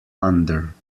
under